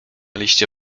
liście